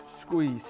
squeeze